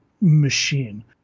machine